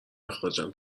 اخراجم